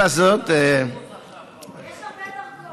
לא, הוא סגן יושב-ראש, הוא מעל.